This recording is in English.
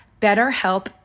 BetterHelp